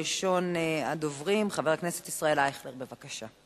ראשון הדוברים, חבר הכנסת ישראל אייכלר, בבקשה.